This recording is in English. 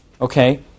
okay